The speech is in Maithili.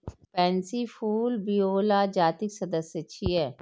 पैंसी फूल विओला जातिक सदस्य छियै